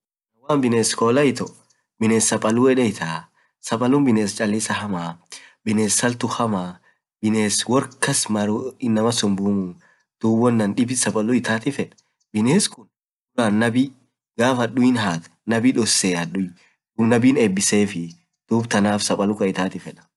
woaninn inees kolaa itoo binees sapaluu edeen itaa, sapaluun biness chalisaa hamaa biness saltuu hamaa biness woarkass maree inamaa sumbuu muu, biness kuun binees gaff nabii haduiin haat nabii dosee, duub nabiin ebisefii duub tanaaf sapaluutaan itaatii fedaa.